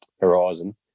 horizon